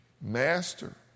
master